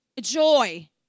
joy